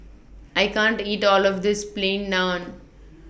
I can't eat All of This Plain Naan